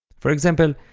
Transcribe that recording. for example,